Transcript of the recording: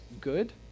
good